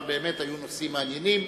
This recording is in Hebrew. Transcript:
אבל היו נושאים מעניינים.